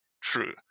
true